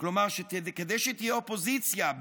כלומר כדי שתהיה אופוזיציה,